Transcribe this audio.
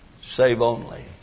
Save-only